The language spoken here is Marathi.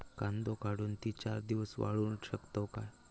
कांदो काढुन ती चार दिवस वाळऊ शकतव काय?